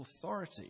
authority